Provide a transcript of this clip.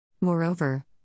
Moreover